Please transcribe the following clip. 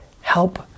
help